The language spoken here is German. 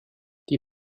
die